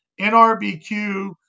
NRBQ